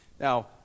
now